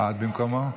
את במקומו?